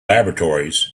laboratories